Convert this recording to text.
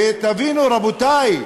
ותבינו, רבותי,